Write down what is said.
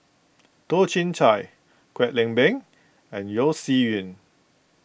Toh Chin Chye Kwek Leng Beng and Yeo Shih Yun